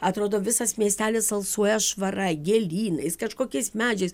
atrodo visas miestelis alsuoja švara gėlynais kažkokiais medžiais